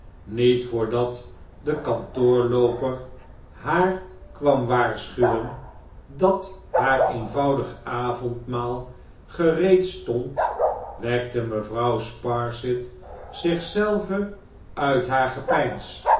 niet voordat de kantoorlooper haar kwam waarschuwen dat haar eenvoudig avondmaal gereed stond wekte mevrouw sparsit zich zelve uit haar gepeins